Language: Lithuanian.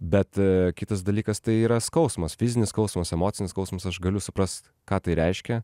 bet kitas dalykas tai yra skausmas fizinis skausmas emocinis skausmas aš galiu suprast ką tai reiškia